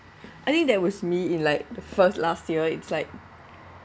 I think that was me in like the first last year it's like